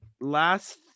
Last